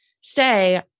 say